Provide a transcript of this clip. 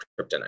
kryptonite